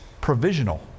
provisional